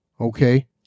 okay